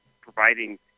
providing